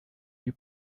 you